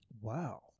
wow